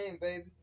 baby